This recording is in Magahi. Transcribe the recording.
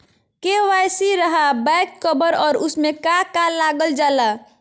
के.वाई.सी रहा बैक कवर और उसमें का का लागल जाला?